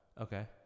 Okay